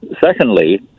Secondly